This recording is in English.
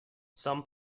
some